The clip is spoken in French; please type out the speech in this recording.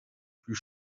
plus